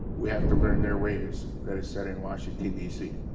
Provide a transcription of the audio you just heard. we have to learn their ways that are set in washington dc